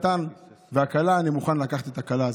החתן והכלה, אני מוכן לקחת את הכלה הזאת.